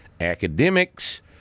Academics